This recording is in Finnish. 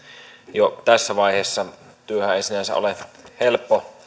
jo tässä vaiheessa työhän ei sinänsä ole helppo